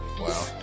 Wow